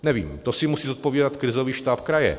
Nevím, to si musí zodpovídat krizový štáb kraje.